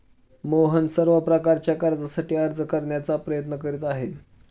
मोहन सर्व प्रकारच्या कर्जासाठी अर्ज करण्याचा प्रयत्न करीत आहे